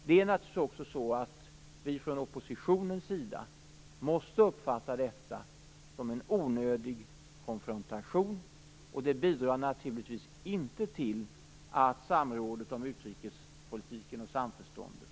Vi måste naturligtvis från oppositionens sida också uppfatta detta som en onödig konfrontation, och det bidrar naturligtvis inte till att samförståndet om utrikespolitiken ökar.